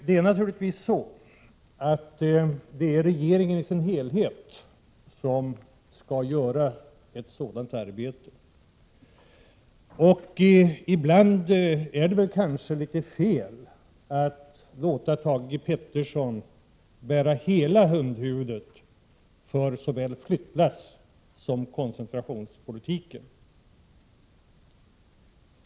Det är naturligtvis regeringen i dess helhet som skall uträtta detta arbete. Ibland är det kanske litet fel att låta Thage G Peterson bära hundhuvudet för hela flyttlassoch koncentrationspolitiken.